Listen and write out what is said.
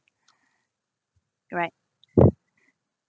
alright